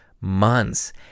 months